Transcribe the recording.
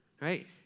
Right